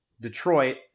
Detroit